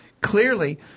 clearly